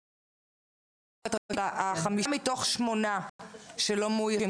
רק יש לי שאלה: החמישה מתוך השמונה שלא מאוישים,